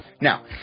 now